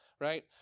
right